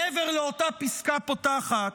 מעבר לאותה פסקה פותחת,